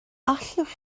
allwch